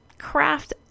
craft